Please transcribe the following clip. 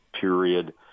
period